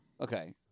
Okay